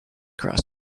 crust